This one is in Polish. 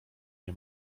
nie